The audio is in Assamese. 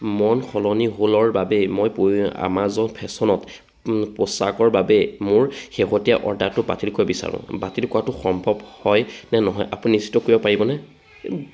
মন সলনি হ'লৰ বাবে মই আমাজন ফেশ্বনত পোচাকৰ বাবে মোৰ শেহতীয়া অৰ্ডাৰটো বাতিল কৰিব বিচাৰোঁ বাতিল কৰাটো সম্ভৱ হয় নে নহয় আপুনি নিশ্চিত কৰিব পাৰিবনে